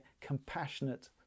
compassionate